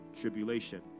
tribulation